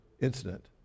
incident